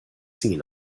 seen